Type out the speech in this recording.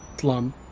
slum